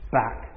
back